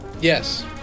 yes